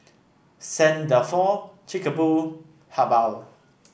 Saint Dalfour Chic Boo Habhal